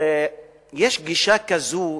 יש גישה כזאת,